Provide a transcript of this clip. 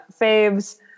faves